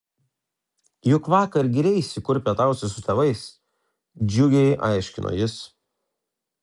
juk vakar gyreisi kur pietausi su tėvais džiugiai aiškino jis